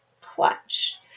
clutch